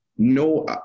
No